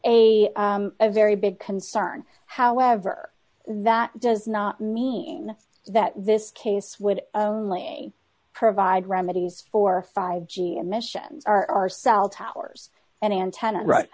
create a very big concern however that does not mean that this case would only provide remedies for five g emission our cell towers and antennas right